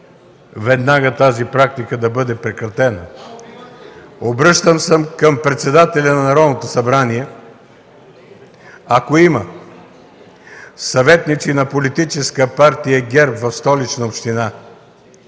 веднага тази практика да бъде прекратена. Обръщам се към председателя на Народното събрание, ако има съветници на политическа партия ГЕРБ в Столична община,